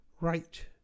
right